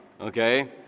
okay